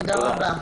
תודה רבה.